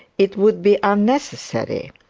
it would be unnecessary.